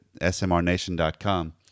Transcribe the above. smrnation.com